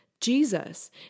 Jesus